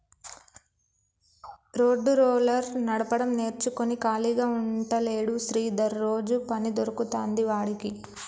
road roller నడపడం నేర్చుకుని ఖాళీగా ఉంటలేడు శ్రీధర్ రోజు పని దొరుకుతాంది వాడికి